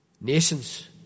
nations